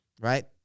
right